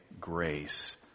grace